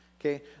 Okay